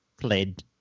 played